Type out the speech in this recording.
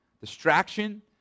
distraction